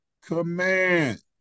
command